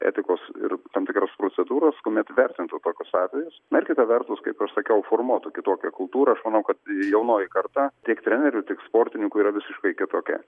etikos ir tam tikros procedūros kuomet vertintų tokius atvejus bet kita vertus kaip sakiau formuotų kitokį kultūros manau kad jaunoji karta tiek trenerių tik sportininkų yra visiškai kitokia